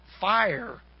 fire